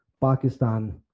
Pakistan